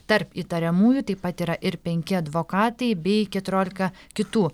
tarp įtariamųjų taip pat yra ir penki advokatai bei keturiolika kitų